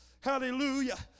Hallelujah